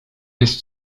jest